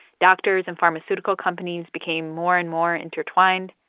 doctors and pharmaceutical companies became more and more intertwined.